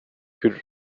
could